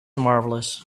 marvelous